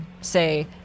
say